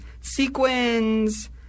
sequins